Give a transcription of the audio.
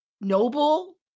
noble